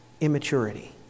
immaturity